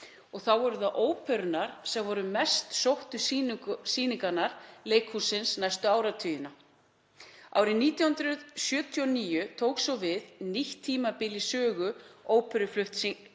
og þá voru það óperurnar sem voru yfirleitt mest sóttu sýningar leikhússins næstu áratugina. Árið 1979 tók svo við nýtt tímabil í sögu óperuflutnings